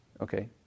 Okay